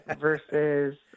versus